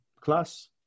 class